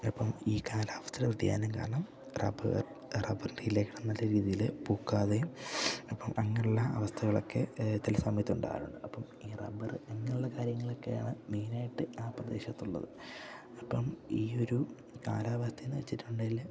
അപ്പം ഈ കാലാവസ്ഥയുടെ വ്യതിയാനം കാരണം റബ്ബർ റബ്ബറിൻ്റെ ഇലകൾ നല്ല രീതിയിൽ പൂക്കാതെയും അപ്പം അങ്ങനെയുള്ള അവസ്ഥകളൊക്കെ ഏതെങ്കിലും സമയത്ത് ഉണ്ടാവാറുണ്ട് അപ്പം ഈ റബ്ബർ എന്നുള്ള കാര്യങ്ങളൊക്കെയാണ് മെയിനായിട്ട് ആ പ്രദേശത്ത് ഉള്ളത് അപ്പം ഈ ഒരു കാലാവസ്ഥയെന്ന് വച്ചിട്ടുണ്ടെങ്കിൽ